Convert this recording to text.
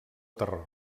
terror